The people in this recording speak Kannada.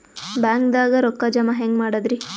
ಬ್ಯಾಂಕ್ದಾಗ ರೊಕ್ಕ ಜಮ ಹೆಂಗ್ ಮಾಡದ್ರಿ?